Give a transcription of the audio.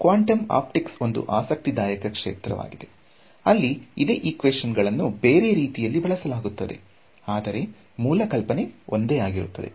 quantum optics ಒಂದು ಆಸಕ್ತಿದಾಯಕ ಕ್ಷೇತ್ರವಾಗಿದೆ ಅಲ್ಲಿ ಇದೆ ಈಕ್ವೇಶನ್ ಗಳನ್ನು ಬೇರೆ ರೀತಿಯಲ್ಲಿ ಬಳಸಲಾಗುತ್ತದೆ ಆದರೆ ಮೂಲ ಕಲ್ಪನೆ ಒಂದೇ ಆಗಿರುತ್ತದೆ